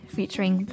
Featuring